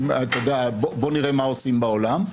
בוא נראה מה עושים בעולם,